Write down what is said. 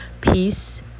peace